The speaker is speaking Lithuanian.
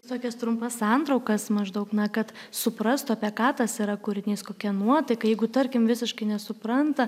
tokias trumpas santraukas maždaug na kad suprastų apie ką tas yra kūrinys kokia nuotaika jeigu tarkim visiškai nesupranta